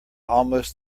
almost